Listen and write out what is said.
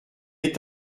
est